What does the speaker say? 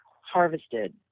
harvested